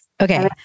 Okay